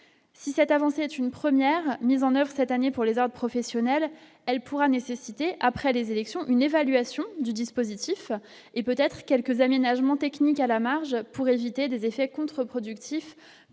si cette avancée est une première mise en oeuvre cette année pour les uns, professionnels, elle pourra nécessiter après les élections, une évaluation du dispositif et peut-être quelques aménagements techniques, à la marge pour éviter des effets contre-productifs,